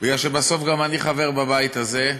כי בסוף גם אני חבר בבית הזה,